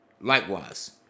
likewise